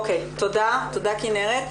תודה כנרת.